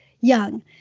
young